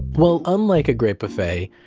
well, unlike a great buffet,